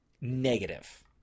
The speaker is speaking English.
negative